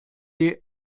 dem